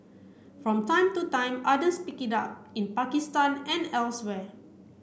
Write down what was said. from time to time others pick it up in Pakistan and elsewhere